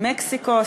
מקסיקו,